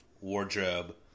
wardrobe